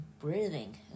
Breathing